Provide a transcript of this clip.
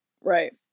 right